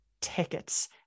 tickets